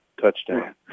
touchdown